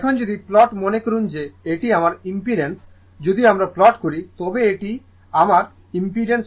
এখন যদি প্লট মনে করুন যে এটি আমার ইমপিড্যান্স যদি আমরা প্লট করি তবে এটি আমার ইমপিড্যান্স হয়